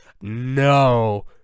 No